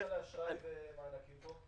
מה הבדל בין אשראי למענקים פה?